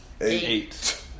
Eight